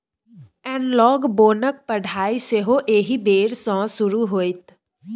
एनलॉग बोनक पढ़ाई सेहो एहि बेर सँ शुरू होएत